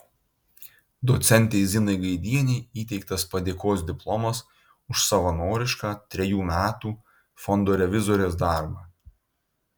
docentei zinai gaidienei įteiktas padėkos diplomas už savanorišką trejų metų fondo revizorės darbą